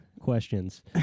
questions